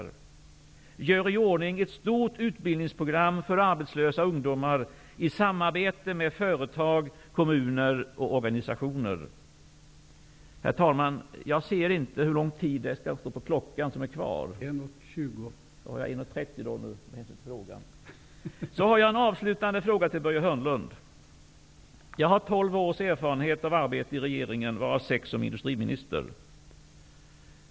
3.Gör i ordning ett stort utbildningsprogram för arbetslösa ungdomar i samarbete med företag, kommuner och organisationer. Herr talman! Jag har tolv års erfarenhet av arbete i regeringen, varav sex som industriminister.